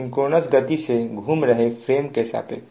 synchronous गति से घूम रहे फ्रेम के सापेक्ष